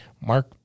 Mark